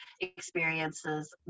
experiences